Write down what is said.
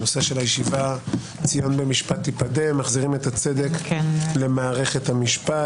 הנושא של הישיבה: "ציון במשפט תיפדה מחזירים את הצדק למערכת המשפט